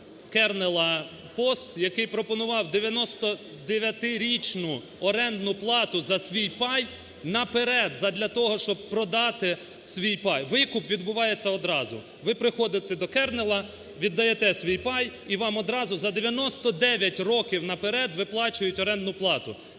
"Кернела" пост, який пропонував 99-річну орендну плату за свій пай наперед задля того, щоб продати свій пай. Викуп відбувається одразу. Ви приходити до "Кернела" віддаєте свій пай, і вам одразу за 99 років наперед виплачують орендну плату.